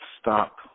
stop